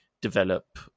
develop